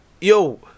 yo